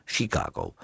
Chicago